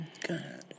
God